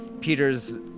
Peter's